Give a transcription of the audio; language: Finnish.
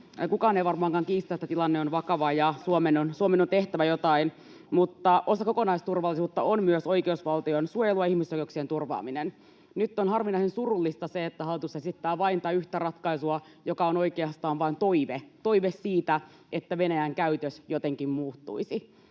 Kukaan ei varmaankaan kiistä, että tilanne on vakava ja Suomen on tehtävä jotain, mutta osa kokonaisturvallisuutta on myös oikeusvaltion suojelu ja ihmisoikeuksien turvaaminen. Nyt on harvinaisen surullista se, että hallitus esittää vain tätä yhtä ratkaisua, joka on oikeastaan vain toive, toive siitä, että Venäjän käytös jotenkin muuttuisi.